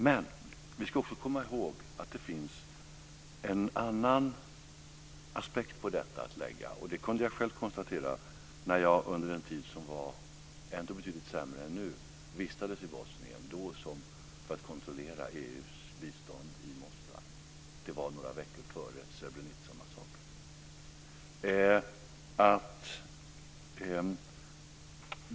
Men vi ska också komma ihåg att det finns en annan aspekt att lägga på detta, vilket jag själv kunde konstatera när jag under en tid som var betydligt sämre än nu vistades i Bosnien för att kontrollera EU:s bistånd i Mostar. Det var några veckor före Srebrenicamassakern.